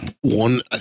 one